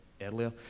earlier